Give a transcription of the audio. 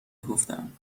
گفتم